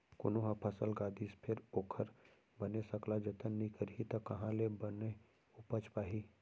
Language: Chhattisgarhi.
कोनो ह फसल गा दिस फेर ओखर बने सकला जतन नइ करही त काँहा ले बने उपज पाही